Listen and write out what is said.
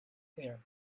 hair